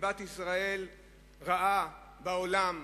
דיבת ישראל רעה בעולם,